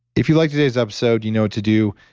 if you liked today's episode, you know what to do.